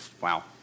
wow